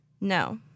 No